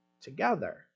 together